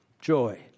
joy